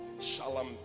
Shalom